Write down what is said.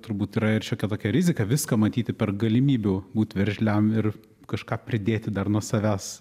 turbūt yra ir šiokia tokia rizika viską matyti per galimybių būt veržliam ir kažką pridėti dar nuo savęs